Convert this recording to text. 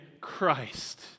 Christ